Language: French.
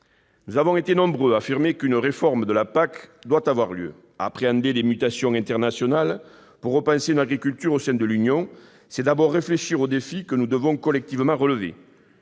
Nous avons été nombreux à affirmer qu'une réforme de la PAC devait intervenir. Appréhender les mutations internationales pour repenser une agriculture au sein de l'Union européenne, c'est d'abord réfléchir aux défis que nous devons collectivement relever